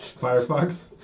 Firefox